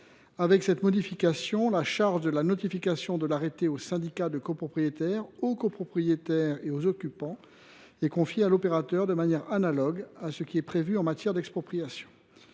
Avec cette modification, la charge de la notification de l’arrêté aux syndicats de copropriétaires, aux copropriétaires et aux occupants est confiée à l’opérateur, à l’instar de ce qui est prévu en matière d’expropriation.